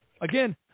again